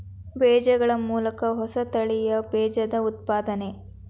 ಬೇಜಗಳ ಮೂಲಕ ಹೊಸ ತಳಿಯ ಬೇಜದ ಉತ್ಪಾದನೆ